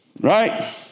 Right